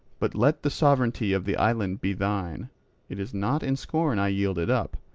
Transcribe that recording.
but let the sovereignty of the island be thine it is not in scorn i yield it up,